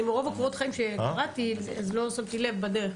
מרוב קורות החיים שקראתי אז לא שמתי לב בדרך.